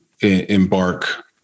embark